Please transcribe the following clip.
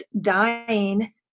dying